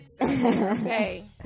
Okay